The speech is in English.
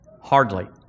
Hardly